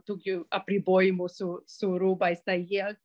tokių apribojimų su su rūbais tai jie